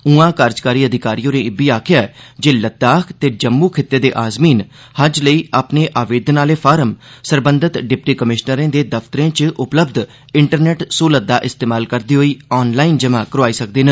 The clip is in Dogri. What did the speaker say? उआं कार्यकारी अधिकारी होरें इब्बी आखेआ ऐ जे लद्दाख ते जम्मू खित्तें दे आज़मीन हज लेई अपने आवेदन आहले फार्म सरबंधी डिप्टी कमिशनरें दे दफ्तरें च उपलब्ध इंटरनेट सुविधा दा इस्तेमाल करदे होई आनलाईन जमा करोआई सकदे न